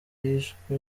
yishwe